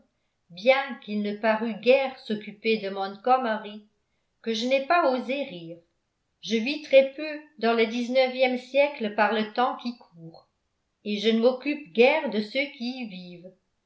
arbuton bien qu'il ne parût guère s'occuper de montgomery que je n'ai pas osé rire je vis très peu dans le dix-neuvième siècle par le temps qui court et je ne m'occupe guère de ceux qui y vivent